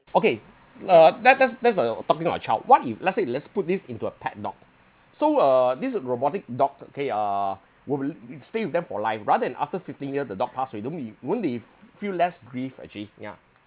okay uh that that's that's uh talking about child what if let's say let's put this into a pet dog so uh this robotic dog okay uh would be with stay with them for life rather than after fifteen year the dog pass away don't we won't we feel less grief actually yeah